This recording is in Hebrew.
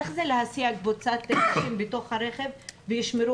איך זה להסיע קבוצת אנשים בתוך הרכב וישמרו